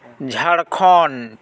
Jharkhand